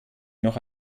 noch